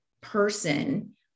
person